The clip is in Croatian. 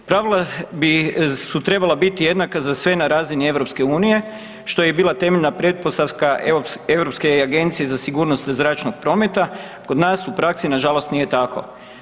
Pravila su trebala biti jednaka za sve na razini EU-a, što je i bila temeljna pretpostavka Europske agencije za sigurnost zračnog prometa, kod nas u praksi nažalost nije tako.